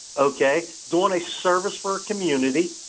ok? doing a service for community.